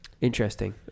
interesting